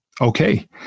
Okay